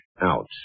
out